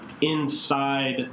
inside